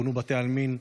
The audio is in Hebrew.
פונו בתי עלמין,